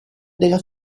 della